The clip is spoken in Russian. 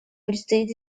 предстоит